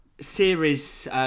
series